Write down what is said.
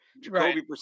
Jacoby